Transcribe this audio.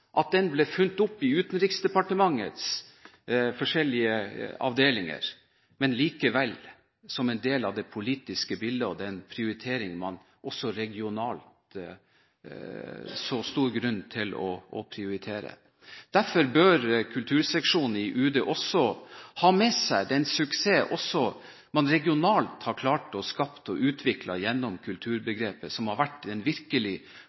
døråpner. Den ble ikke nødvendigvis funnet opp i Utenriksdepartementets forskjellige avdelinger, men den var likevel en del av det politiske bildet og den prioritering man også regionalt så stor grunn til å prioritere. Derfor bør kulturseksjonen i UD også ta med seg den suksessen man også regionalt har klart å skape og utvikle gjennom kulturbegrepet, som har vært en virkelig